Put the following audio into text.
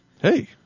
Hey